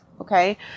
Okay